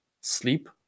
sleep